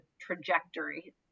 trajectory